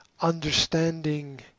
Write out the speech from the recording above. understanding